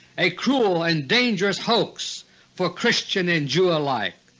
a cruel and dangerous hoax for christian and jew alike.